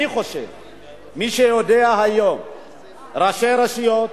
מי שיודע, היום ראשי הרשויות,